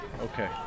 okay